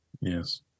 Yes